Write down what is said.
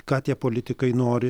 ką tie politikai nori